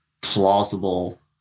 plausible